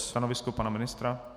Stanovisko pana ministra?